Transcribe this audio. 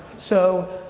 so,